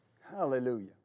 Hallelujah